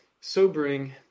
sobering